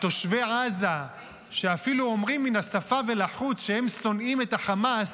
תושבי עזה שאפילו אומרים מן השפה ולחוץ שהם שונאים את החמאס,